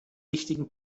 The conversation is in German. wichtigen